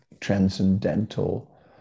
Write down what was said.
transcendental